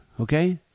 okay